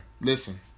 Listen